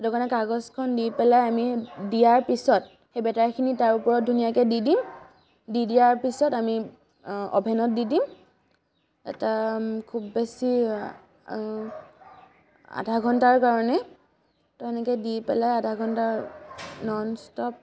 লগতে কাগজখন দি পেলাই আমি দিয়াৰ পিছত সেই বেটাৰখিনি তাৰ ওপৰত ধুনীয়াকৈ দি দিম দি দিয়াৰ পিছত আমি অ'ভেনত দি দিম খুব বেছি আধা ঘণ্টাৰ কাৰণে তো সেনেকৈ দি পেলাই আধা ঘণ্টা নন ষ্টপ